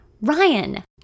Ryan